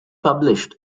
published